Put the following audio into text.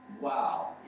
wow